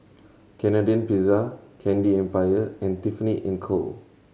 Canadian Pizza Candy Empire and Tiffany and Co